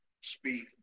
speak